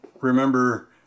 remember